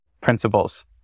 Principles